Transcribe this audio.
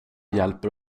hjälper